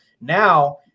Now –